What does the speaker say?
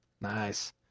Nice